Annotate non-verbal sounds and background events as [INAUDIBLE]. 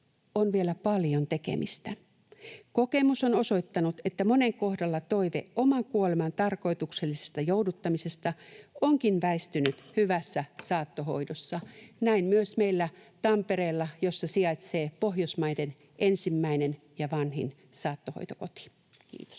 on vielä paljon tekemistä. Kokemus on osoittanut, että monen kohdalla toive oman kuoleman tarkoituksellisesta jouduttamisesta onkin väistynyt [NOISE] hyvässä saattohoidossa — näin myös meillä Tampereella, jossa sijaitsee Pohjoismaiden ensimmäinen ja vanhin saattohoitokoti. — Kiitos.